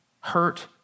hurt